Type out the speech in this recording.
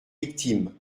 victimes